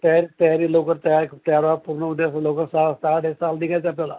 तयारी तयारी लवकर तया तयारा पूर्ण उद्या स लवकर सहा स सहाला सहावाजता निघायचं आहे आपल्याला